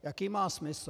Jaký má smysl?